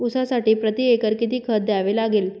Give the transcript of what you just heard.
ऊसासाठी प्रतिएकर किती खत द्यावे लागेल?